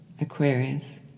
Aquarius